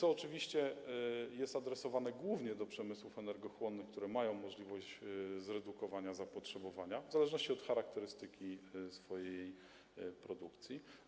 To oczywiście jest adresowane głównie do przemysłów energochłonnych, które mają możliwość zredukowania zapotrzebowania w zależności od charakterystyki swojej produkcji.